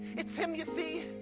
it's him you see.